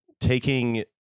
taking